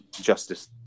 Justice